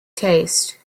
taste